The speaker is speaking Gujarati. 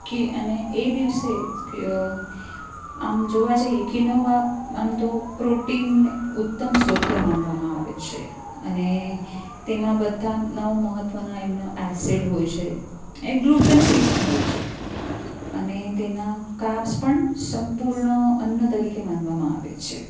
કે અને એ દિવસે જ આમ જોવા જઈએ કિનોવા આમ તો પ્રોટીન ઉત્તમ સૂત્ર માનવામાં આવે છે અને તેમાં બધા ન મહત્વના એમના એસિડ હોય છે એક ગ્લુટન ફ્રી પણ હોય છે અને તેના કાર્બ્સ પણ સંપૂર્ણ અન્ન તરીકે માનવામાં આવે છે